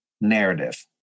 narrative